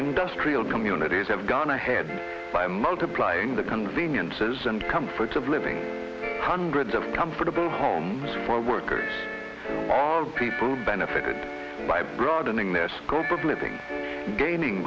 industrial communities have gone ahead by multiplying the conveniences and comforts of living hundreds of comfortable homes for workers people benefited by broadening their scope of living and gaining